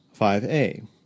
5a